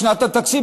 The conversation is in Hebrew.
בשנת התקציב?